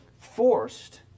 forced